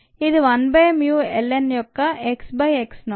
ఇది 1 by mu ln యొక్క x by x not